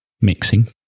mixing